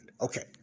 Okay